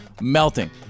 melting